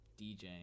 DJing